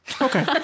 Okay